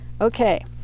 Okay